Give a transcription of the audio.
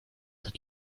had